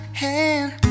hand